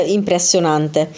impressionante